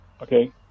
Okay